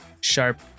sharp